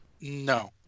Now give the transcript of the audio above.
No